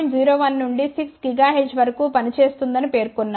01 నుండి 6 GHz వరకు పనిచేస్తుందని పేర్కొన్నారు